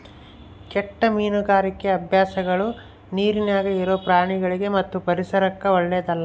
ಕೆಟ್ಟ ಮೀನುಗಾರಿಕಿ ಅಭ್ಯಾಸಗಳ ನೀರಿನ್ಯಾಗ ಇರೊ ಪ್ರಾಣಿಗಳಿಗಿ ಮತ್ತು ಪರಿಸರಕ್ಕ ಓಳ್ಳೆದಲ್ಲ